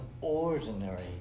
ordinary